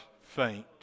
faint